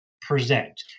present